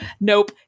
Nope